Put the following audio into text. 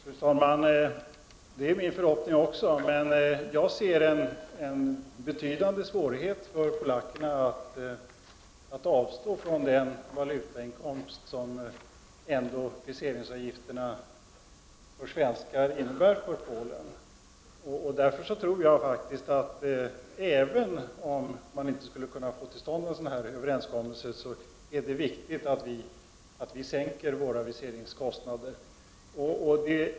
Fru talman! Det är också min förhoppning. Jag ser dock en betydande svårighet för polacker att avstå från den valutainkomst som viseringsavgiften för svenskar innebär. Även om vi inte skulle kunna få till stånd en sådan här överenskommelse, tror jag att det är viktigt att vi minskar våra viseringskostnader.